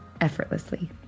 effortlessly